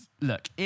look